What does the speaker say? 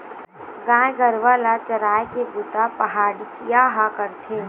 गाय गरूवा ल चराए के बूता पहाटिया ह करथे